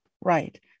right